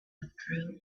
withdrew